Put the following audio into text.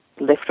left